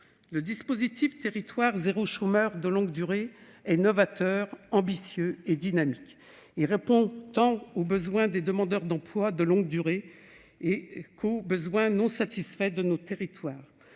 Le dispositif « territoires zéro chômeur de longue durée » est novateur, ambitieux et dynamique. Il répond tant aux besoins des demandeurs d'emploi de longue durée qu'aux besoins non satisfaits de nos territoires,